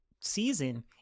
season